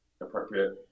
appropriate